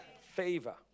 Favor